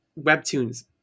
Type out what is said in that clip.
Webtoons